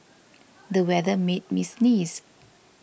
the weather made me sneeze